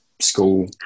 school